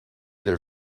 their